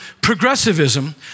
progressivism